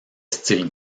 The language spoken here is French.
style